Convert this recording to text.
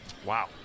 Wow